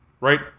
Right